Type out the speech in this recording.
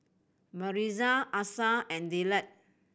Marisa Asa and Dillard